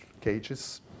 cages